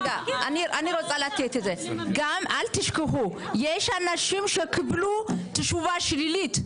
גם, אל תשכחו, יש אנשים שקיבלו תשובה שלילית,